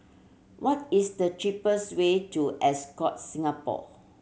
what is the cheapest way to Ascott Singapore